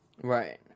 Right